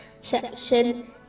section